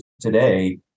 today